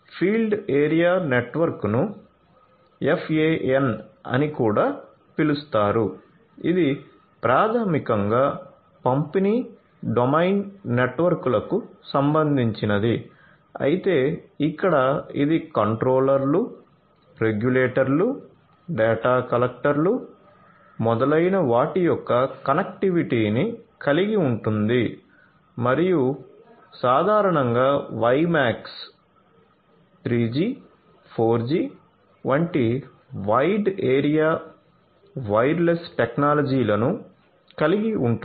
field area నెట్వర్క్ను FAN అని కూడా పిలుస్తారు ఇది ప్రాథమికంగా పంపిణీ డొమైన్ నెట్వర్క్లకు సంబంధించినది అయితే ఇక్కడ ఇది కంట్రోలర్లు రెగ్యులేటర్లు డేటా కలెక్టర్లు మొదలైన వాటి యొక్క కనెక్టివిటీని కలిగి ఉంటుంది మరియు సాధారణంగా వైమాక్స్ 3 జి 4 జి వంటి వైడ్ ఏరియా వైర్లెస్ టెక్నాలజీలను కలిగి ఉంటుంది